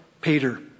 Peter